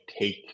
take